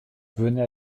venez